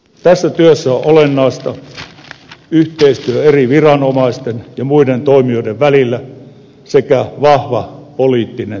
tässä työssä on olennaista yhteistyö eri viranomaisten ja muiden toimijoiden välillä sekä vahva poliittinen tuki